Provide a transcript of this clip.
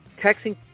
texting